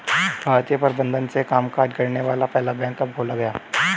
भारतीय प्रबंधन से कामकाज करने वाला पहला बैंक कब खोला गया?